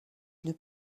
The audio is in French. une